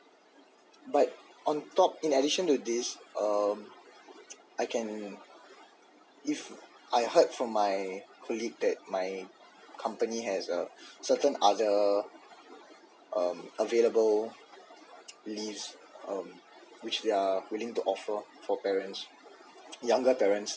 but on top in addition to this um I can if I heard from my colleague that my company has a certain other available leaves which they are willing to offer for parents younger parents